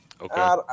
Okay